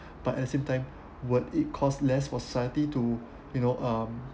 but at the same time would it costs less for society to you know um